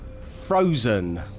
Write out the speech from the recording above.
Frozen